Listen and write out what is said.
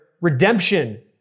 redemption